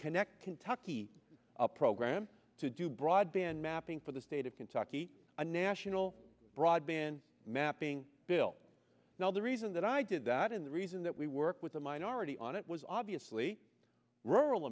connect kentucky a program to do broadband mapping for the state of kentucky a national broadband mapping bill now the reason that i did that in the reason that we work with the minority on it was obviously rural